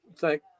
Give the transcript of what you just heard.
thank